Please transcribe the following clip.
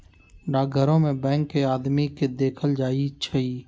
डाकघरो में बैंक के आदमी के देखल जाई छई